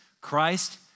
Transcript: Christ